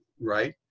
right